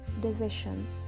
decisions